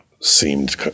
seemed